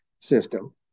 system